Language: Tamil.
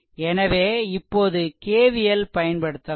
எனவே இப்போது KVL பயன்படுத்தலாம்